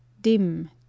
dim